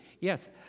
Yes